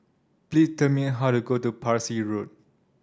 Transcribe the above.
please tell me how to go to Parsi Road